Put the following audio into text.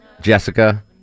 Jessica